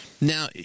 Now